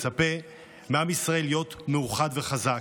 מצפה מעם ישראל להיות מאוחד וחזק.